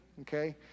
okay